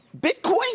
Bitcoin